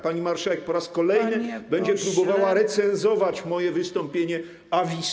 Pani marszałek po raz kolejny będzie próbowała recenzować moje wystąpienie a vista.